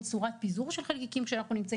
צורת פיזור של חלקיקים כשאנחנו נמצאים